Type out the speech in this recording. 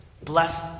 Bless